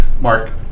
Mark